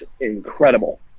incredible